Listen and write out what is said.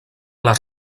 les